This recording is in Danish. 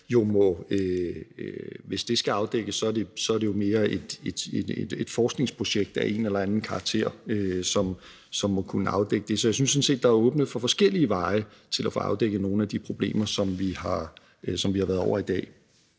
hvis det skal afdækkes, jo mere er et forskningsprojekt af en eller anden karakter, som må kunne afdække det. Så jeg synes sådan set, at der er åbnet for forskellige veje til at få afdækket nogle af de problemer, som vi har været rundt om i dag.